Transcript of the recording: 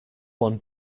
one